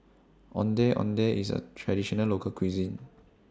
Ondeh Ondeh IS A Traditional Local Cuisine